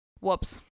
Whoops